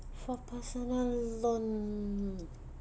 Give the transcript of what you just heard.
for personal loan